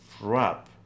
wrap